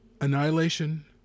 annihilation